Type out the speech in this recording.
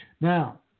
Now